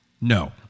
No